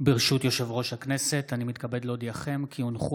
שעה 16:00 תוכן העניינים מסמכים שהונחו